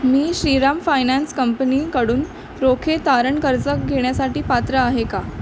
मी Shriram finance कंपनीकडून रोखे तारण कर्ज घेण्यासाठी पात्र आहे का